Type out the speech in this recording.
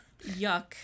Yuck